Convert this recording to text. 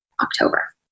October